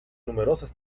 numerosas